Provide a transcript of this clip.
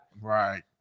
Right